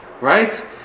Right